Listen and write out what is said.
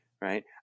right